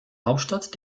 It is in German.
hauptstadt